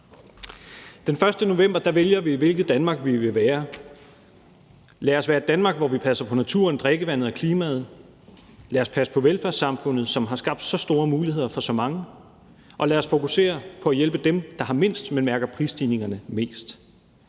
Den 1. november vælger vi, hvilket Danmark vi vil være. Lad os være et Danmark, hvor vi passer på naturen, drikkevandet og klimaet; lad os passe på velfærdssamfundet, som har skabt så store muligheder for så mange; og lad os fokusere på at hjælpe dem, der har mindst, men mærker prisstigningerne mest.